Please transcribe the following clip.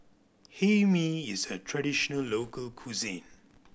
Hae Mee is a traditional local cuisine